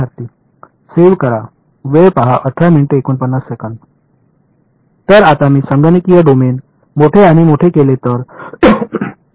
विद्यार्थी सेव्ह करा तर मी आता संगणकीय डोमेन मोठे आणि मोठे केले तर